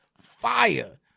Fire